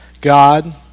God